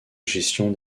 gestion